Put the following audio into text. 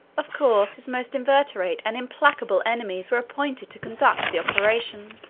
of course, his most inveterate and implacable enemies were appointed to conduct the operation.